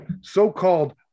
so-called